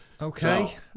Okay